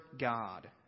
God